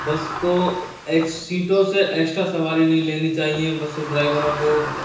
बस को एक्स् सीटों से एक्स्ट्रा सवारी नहीं लेनी चाहिए बसों ड्राइवरों को